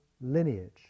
lineage